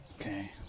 Okay